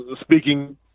speaking